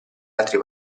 altri